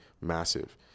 massive